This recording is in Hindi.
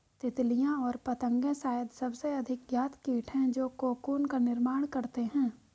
तितलियाँ और पतंगे शायद सबसे अधिक ज्ञात कीट हैं जो कोकून का निर्माण करते हैं